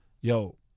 Yo